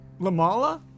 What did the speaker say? Lamala